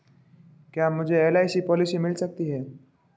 क्या मुझे LIC policy मिल सकती है?